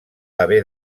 haver